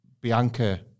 Bianca